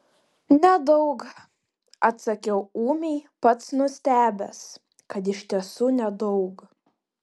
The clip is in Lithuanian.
nedaug atsakiau ūmiai pats nustebęs kad iš tiesų nedaug